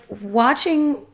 watching